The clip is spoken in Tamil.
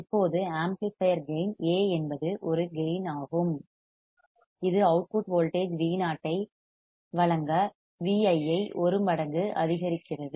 இப்போது ஆம்ப்ளிபையர் கேயின் A என்பது ஒரு கேயின் ஆகும் இது அவுட்புட் வோல்டேஜ் Vo ஐ வழங்க Vi ஐ ஒரு மடங்கு அதிகரிக்கிறது